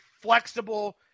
flexible